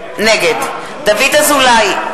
נגד דוד אזולאי,